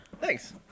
Thanks